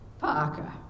Parker